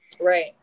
Right